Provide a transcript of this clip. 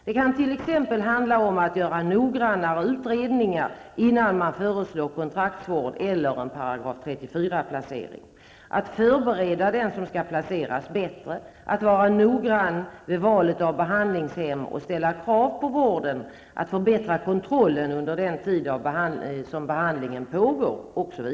Det kan t.ex. handla om att göra noggrannare utredningar innan man föreslår kontraktsvård eller en § 34-placering, att bättre förbereda den som skall placeras, att vara noggrann vid valet av behandlingshem och ställa krav på vården samt att förbättra kontrollen under den tid som behandlingen pågår.